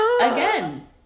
again